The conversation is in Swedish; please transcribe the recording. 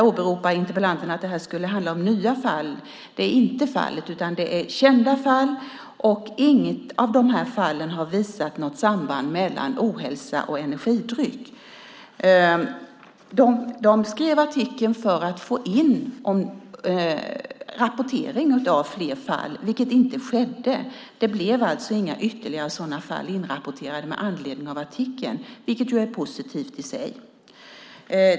Interpellanten åberopar att det här skulle handla om nya fall. Så är inte fallet. Det är kända fall. Inget av de här fallen har visat något samband mellan ohälsa och energidryck. Man skrev artikeln för att få in rapportering av fler fall, vilket inte skedde. Det blev inga ytterligare sådana fall inrapporterade med anledning av artikeln, vilket är positivt i sig.